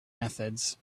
methods